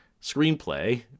screenplay